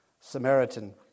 Samaritan